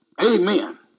amen